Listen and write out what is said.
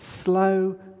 slow